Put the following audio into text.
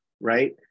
right